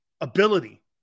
ability